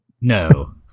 No